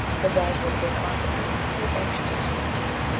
his eyes were again on me, and he appeared anxious to speak to me,